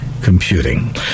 computing